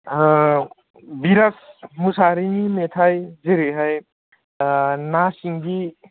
बिराज मोसाहारीनि मेथाइ जेरैहाय ना सिंगि